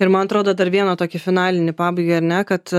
ir man atrodo dar vieną tokį finalinį pabaigai ar ne kad